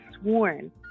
sworn